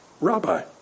Rabbi